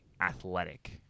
athletic